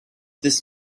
this